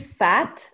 fat